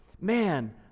man